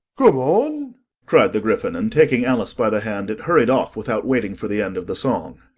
come on cried the gryphon, and, taking alice by the hand, it hurried off, without waiting for the end of the song.